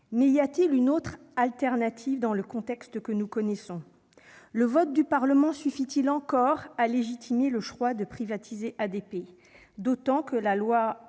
Mais existe-t-il une alternative dans le contexte que nous connaissons ? Le vote du Parlement suffit-il encore à légitimer le choix de privatiser ADP face à une